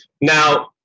Now